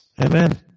Amen